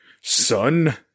son